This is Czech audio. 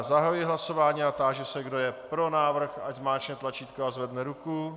Zahajuji hlasování a táži se, kdo je pro návrh, ať zmáčkne tlačítko a zvedne ruku.